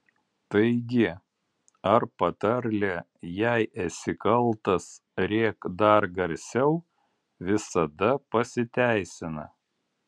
taigi ar patarlė jei esi kaltas rėk dar garsiau visada pasiteisina